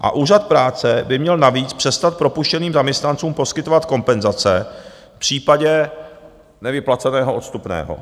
A úřad práce by měl navíc přestat propuštěným zaměstnancům poskytovat kompenzace v případě nevyplaceného odstupného.